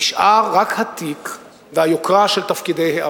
נשאר רק התיק והיוקרה של תפקידי העבר.